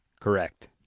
Correct